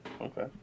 Okay